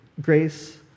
Grace